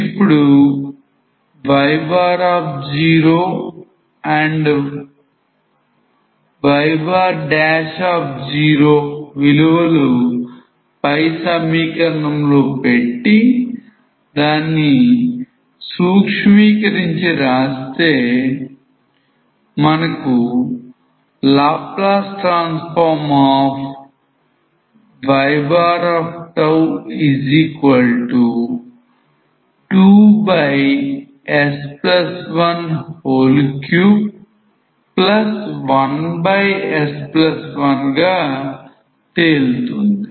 ఇప్పుడు y0 and y0 విలువలు పై సమీకరణం లో పెట్టి దానిని సూక్ష్మీకరించి రాస్తే Ly2s131s1 గా తేలుతుంది